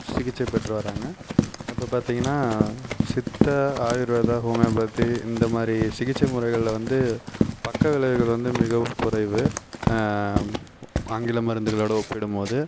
சிகிச்சை பெற்று வராங்க இப்போது பார்த்தீங்கன்னா சித்தா ஆயுர்வேதா ஹோமியோபதி இந்த மாதிரி சிகிச்சை முறைகளில் வந்து பக்கவிளைவுகள் வந்து மிகவும் குறைவு ஆங்கில மருந்துகளோடு ஒப்பிடும் போது